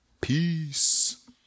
Peace